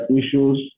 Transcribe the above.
issues